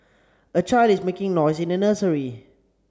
a child is making noise in a nursery